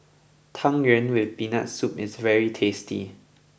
Tang Yuen with Peanut Soup is very tasty